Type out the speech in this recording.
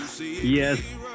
Yes